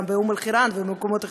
באום-אלחיראן ובמקומות אחרים.